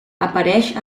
apareix